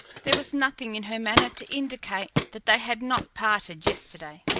there was nothing in her manner to indicate that they had not parted yesterday.